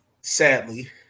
sadly